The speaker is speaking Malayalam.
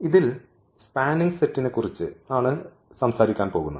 ഇതിൽ സ്പാനിംഗ് സെറ്റ് നെക്കുറിച്ച് ആണ് സംസാരിക്കാൻ പോകുന്നത്